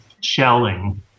shelling